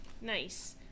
Nice